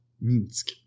Minsk